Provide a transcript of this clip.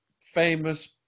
famous